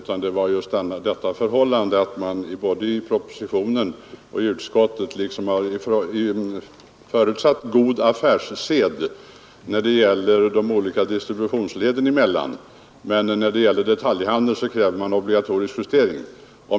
Vad jag berörde var det förhållandet att man både i propositionen och i utskottsbetänkandet tycks ha förutsatt god affärssed när det gäller de olika distributionsleden, men när det gäller detaljhandeln kräver man obligatorisk justering.